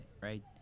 right